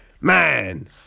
man